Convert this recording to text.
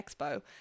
expo